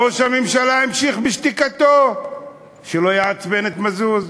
ראש הממשלה המשיך בשתיקתו שלא יעצבן את מזוז,